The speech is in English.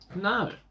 No